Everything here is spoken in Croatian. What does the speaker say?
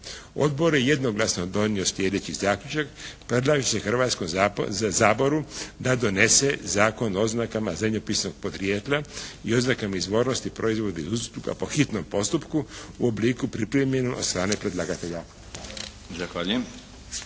Odbor je jednoglasno donio sljedeći zaključak: predlaže se Hrvatskom saboru da donese Zakon o oznakama zemljopisnog podrijetla i oznakama izvornosti proizvoda i usluga po hitnom postupku u obliku pripremljenom od strane predlagatelja.